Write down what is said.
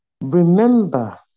remember